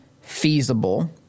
feasible